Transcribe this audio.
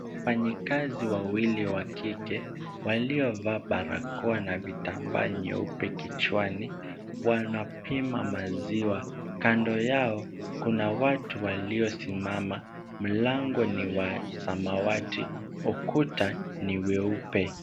Wafanyakazi wawili wa kike, waliovaa barakoa na vitambaa vyeupe kichwani, wanapima maziwa, kando yao kuna watu waliosimama mlango ni wa samawati, ukuta ni weupe.